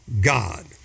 God